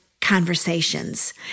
conversations